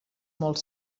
molt